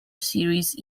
series